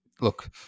look